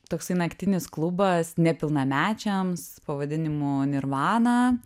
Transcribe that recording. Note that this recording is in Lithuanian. toksai naktinis klubas nepilnamečiams pavadinimu nirvana